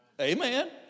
Amen